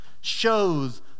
shows